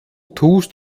tust